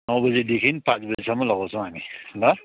नौ बजीदेखि पाँच बजीसम्म लगाउँछौँ हामी ल